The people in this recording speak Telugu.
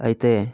అయితే